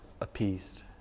appeased